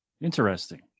interesting